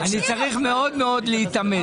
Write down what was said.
אני צריך מאוד מאוד להתאמץ.